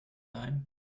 time